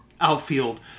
outfield